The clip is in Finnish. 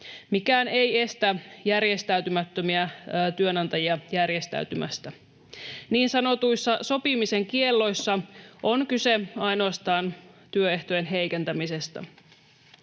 Mikään ei estä järjestäytymättömiä työnantajia järjestäytymästä. Niin sanotuissa sopimisen kielloissa on kyse ainoastaan työehtojen heikentämisestä.